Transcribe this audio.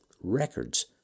records